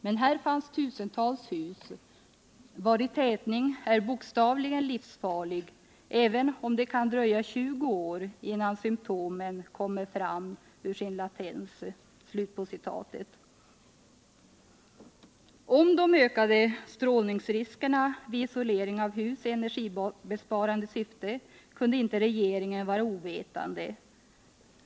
Men här fanns tusentals hus, vari tätning är bokstavligen livsfarlig även om det kan dröja tjugo år innan symtomen kommer fram ur sin latens.” Om de ökade strålningsriskerna vid isolering av hus i energibesparande syfte kunde inte regeringen vara ovetande.